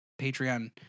Patreon